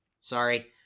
Sorry